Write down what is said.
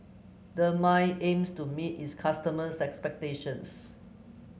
Dermale aims to meet its customers' expectations